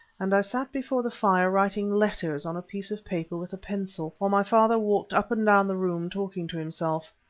and i sat before the fire writing letters on a piece of paper with a pencil, while my father walked up and down the room talking to himself.